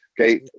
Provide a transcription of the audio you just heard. Okay